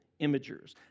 imagers